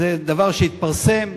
זה דבר שהתפרסם,